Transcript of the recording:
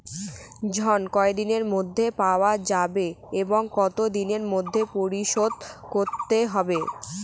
ঋণ কতদিনের মধ্যে পাওয়া যাবে এবং কত দিনের মধ্যে পরিশোধ করতে হবে?